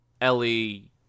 Ellie